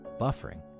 Buffering